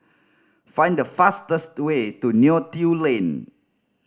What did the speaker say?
find the fastest way to Neo Tiew Lane